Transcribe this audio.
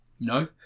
No